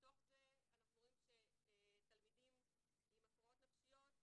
מתוך זה אנחנו רואים שתלמידים עם הפרעות נפשיות,